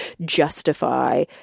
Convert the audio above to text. justify